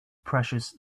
precious